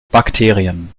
bakterien